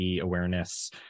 awareness